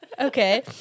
Okay